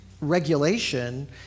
regulation